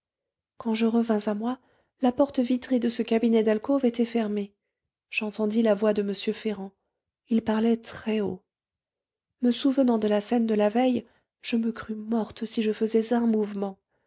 quand je revins à moi la porte vitrée de ce cabinet d'alcôve était fermée j'entendis la voix de m ferrand il parlait très-haut me souvenant de la scène de la veille je me crus morte si je faisais un mouvement